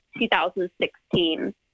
2016